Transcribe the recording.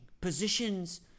Positions